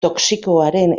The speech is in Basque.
toxikoaren